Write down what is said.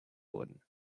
wurden